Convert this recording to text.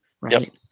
Right